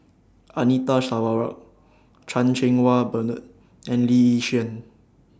Anita Sarawak Chan Cheng Wah Bernard and Lee Yi Shyan